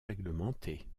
réglementée